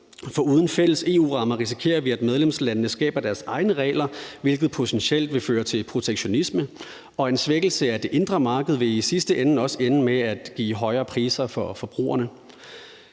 For uden fælles EU-rammer risikerer vi, at medlemslandene skaber deres egne regler, hvilket potentielt vil føre til protektionisme, og en svækkelse af det indre marked vil i sidste ende også ende med at give højere priser for forbrugerne.